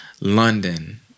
London